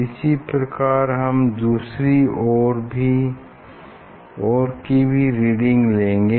इसी प्रकार हम दूसरी ओर की भी रीडिंग्स लेंगे